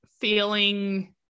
feeling